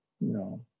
No